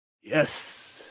Yes